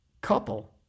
couple